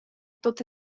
tota